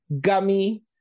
Gummy